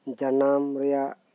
ᱡᱟᱱᱟᱢ ᱨᱮᱭᱟᱜ